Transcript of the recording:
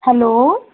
hello